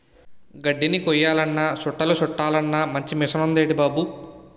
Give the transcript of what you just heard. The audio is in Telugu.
గడ్దిని కొయ్యాలన్నా సుట్టలు సుట్టలన్నా మంచి మిసనుందేటి బాబూ